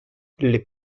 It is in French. les